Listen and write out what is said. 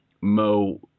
Mo